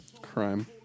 Crime